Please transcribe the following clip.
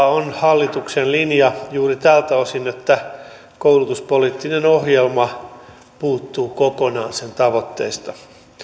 on hallituksen linja juuri tältä osin että koulutuspoliittinen ohjelma puuttuu kokonaan sen tavoitteista